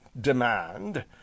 demand